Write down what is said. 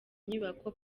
nyubako